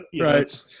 Right